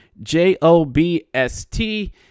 J-O-B-S-T